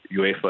UEFA